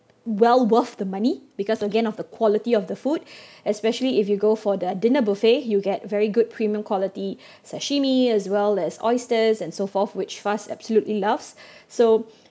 well worth the money because again of the quality of the food especially if you go for the dinner buffet you get very good premium quality sashimi as well as oysters and so forth which Faz absolutely loves so